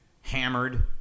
hammered